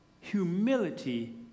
Humility